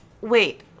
wait